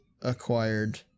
acquired